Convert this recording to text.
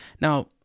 Now